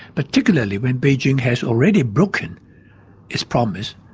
particularly when beijing has already broken its promise,